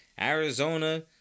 Arizona